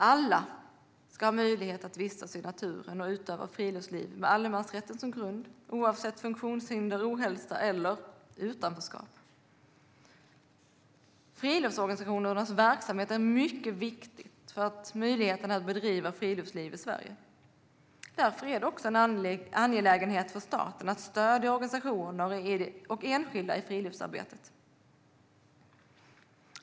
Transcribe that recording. Alla ska ha möjlighet att vistas i naturen och utöva friluftsliv med allemansrätten som grund, oavsett funktionshinder, ohälsa eller utanförskap. Friluftsorganisationernas verksamhet är mycket viktig för möjligheten att bedriva friluftsliv i Sverige. Därför är det också en angelägenhet för staten att stödja organisationer och enskilda i friluftsarbetet.